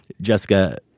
Jessica